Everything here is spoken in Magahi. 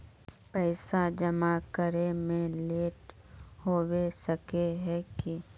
पैसा जमा करे में लेट होबे सके है की?